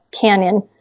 canyon